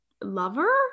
lover